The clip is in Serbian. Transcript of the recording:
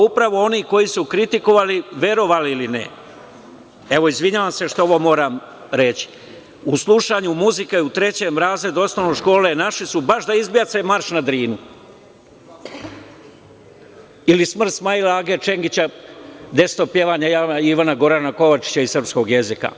Upravo oni koji su kritikovali, verovali ili ne, evo, izvinjavam se što ovo moram reći, u slušanju muzike u trećem razredu osnovne škole našli su baš da izbace „Marš na Drini“, ili „Smrt Smail-age Čengića“, „Deseto pjevanje“, „Jama“ Ivana Gorana Kovačića iz srpskog jezika.